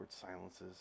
Silences